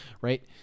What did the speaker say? Right